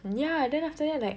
and ya then after that like